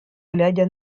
глядя